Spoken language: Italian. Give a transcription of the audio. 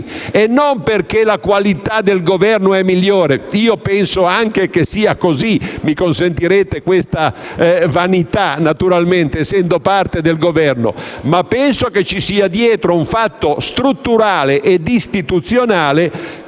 e non perché la qualità del Governo è migliore. Io penso anche che sia così - mi consentirete questa vanità essendo parte del Governo - ma ritengo che ci sia dietro un fatto strutturale e istituzionale